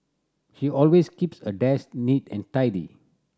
he always keeps a desk neat and tidy